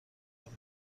کنیم